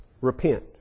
Repent